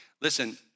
Listen